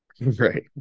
right